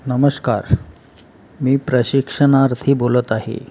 नमस्कार मी प्रशिक्षणार्थी बोलत आहे